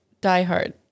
diehard